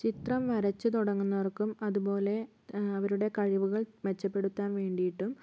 ചിത്രം വരച്ചു തുടങ്ങുന്നവർക്കും അതുപോലെ അവരുടെ കഴിവുകൾ മെച്ചപ്പെടുത്താൻ വേണ്ടിയിട്ടും